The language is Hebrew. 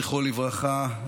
זכרו לברכה,